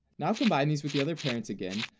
now combine these with the other parent's again,